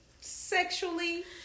sexually